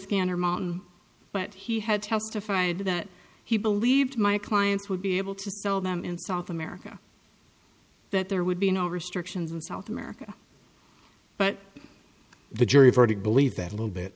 gander mountain but he had testified that he believed my clients would be able to sell them in south america that there would be no restrictions in south america but the jury verdict believed that a little bit